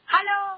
Hello